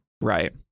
Right